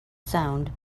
sound